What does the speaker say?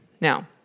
Now